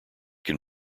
can